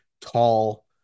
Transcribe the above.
tall